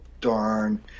darn